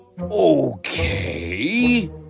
Okay